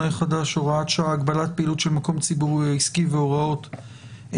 החדש (הוראת שעה) (הגבלת פעילות של מקום ציבורי או עסקי והוראות נוספות).